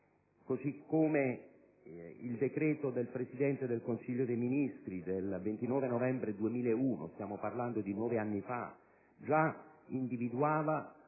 modo, il decreto del Presidente del Consiglio dei ministri del 29 novembre 2001 (si tratta di nove anni fa) già individuava